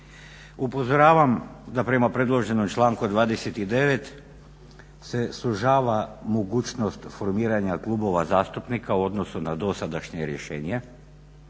Upozoravam da prema predloženom članku 29.se sužava mogućnost formiranja klubova zastupnika u odnosu na dosadašnje rješenje